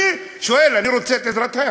אני שואל, אני רוצה את עזרתך.